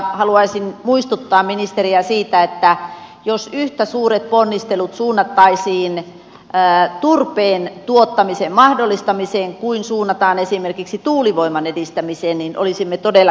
haluaisin muistuttaa ministeriä siitä että jos yhtä suuret ponnistelut suunnattaisiin turpeen tuottamisen mahdollistamiseen kuin suunnataan esimerkiksi tuulivoiman edistämiseen niin olisimme todella kiitollisia